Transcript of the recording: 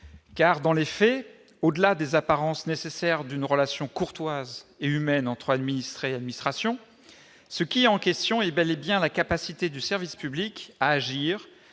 Dans les faits, au-delà des apparences nécessaires d'une relation courtoise et humaine entre administrés et administration, c'est bel et bien la capacité du service public à agir